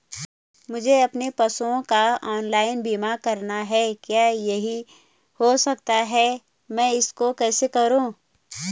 मुझे अपने पशुओं का ऑनलाइन बीमा करना है क्या यह हो सकता है मैं इसको कैसे करूँ?